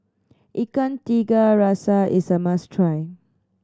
Ikan Tiga Rasa is a must try